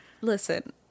Listen